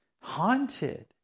haunted